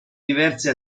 diverse